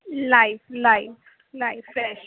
live live live fresh